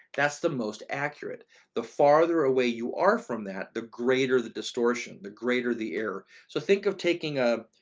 that's the most accurate the farther away you are from that, the greater the distortion, the greater the error. so think of taking a,